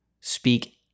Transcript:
speak